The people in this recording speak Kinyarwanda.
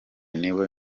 niwe